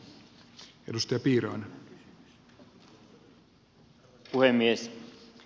arvoisa puhemies